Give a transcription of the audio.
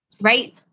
Right